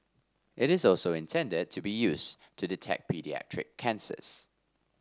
it is also intended to be used to detect paediatric cancers